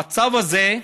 המצב הזה,